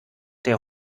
der